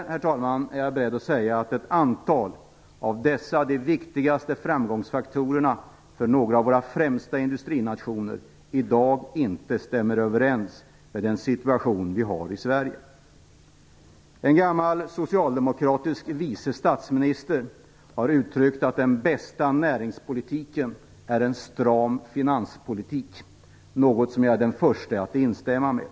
Jag är dess värre beredd att säga att ett antal av dessa de viktigaste framgångsfaktorerna för några av våra främsta industrinationer inte stämmer överens med den situation vi har i Sverige. En f.d. socialdemokratisk vice statsminister har uttryckt att den bästa näringspolitiken är en stram finanspolitik, något som jag är den förste att instämma med.